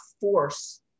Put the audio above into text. force